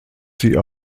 sie